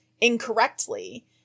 incorrectly